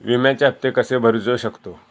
विम्याचे हप्ते कसे भरूचो शकतो?